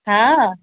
हा